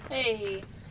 Hey